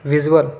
visual